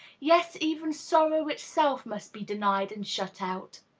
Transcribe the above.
yes, even sorrow itself must be denied and shut out.